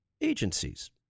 agencies